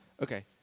Okay